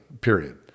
period